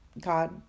God